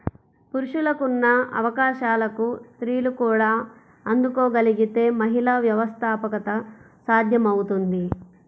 పురుషులకున్న అవకాశాలకు స్త్రీలు కూడా అందుకోగలగితే మహిళా వ్యవస్థాపకత సాధ్యమవుతుంది